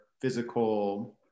physical